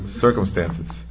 circumstances